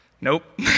Nope